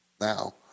now